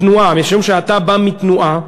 התנועה, משום שאתה בא מתנועה,